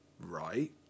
Right